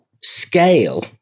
scale